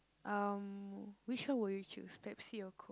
um which one would you choose Pepsi or Coke